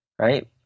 Right